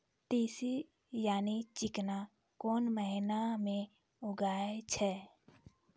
तीसी यानि चिकना कोन महिना म लगाय छै?